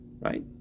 Right